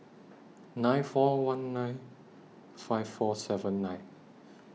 nine four one nine five four seven nine